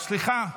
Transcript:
סליחה.